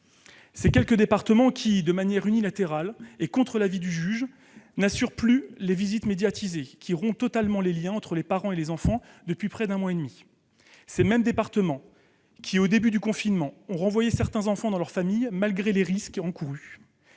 ces mêmes départements qui, de manière unilatérale et contre l'avis du juge, n'assurent plus les visites médiatisées et qui rompent totalement les liens entre les parents et les enfants depuis près d'un mois et demi ; ces mêmes départements qui, au début du confinement, ont renvoyé certains enfants dans leur famille malgré les risques encourus.